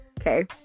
okay